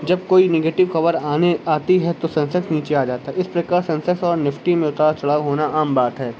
جب کوئی نگیٹیو خبر آنے آتی ہے تو سنسیکس نیچے آ جاتا ہے اس پریکار سنسیکس اور نفٹی میں اتار چڑھاؤ ہونا عام بات ہے